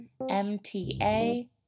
MTA